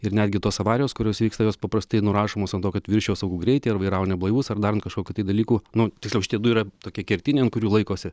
ir netgi tos avarijos kurios vyksta jos paprastai nurašomos ant to kad viršijo saugų greitį ar vairavo neblaivūs ar dar kažkokių tai dalykų nu tiksliau šitie du yra tokie kertiniai ant kurių laikosi